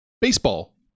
Baseball